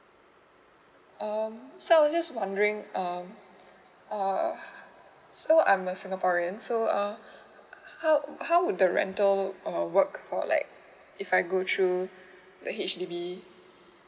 oh okay so just wondering um uh so I'm a singaporean so um how how would the rental or work for like if I go through mm a b